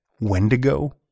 Wendigo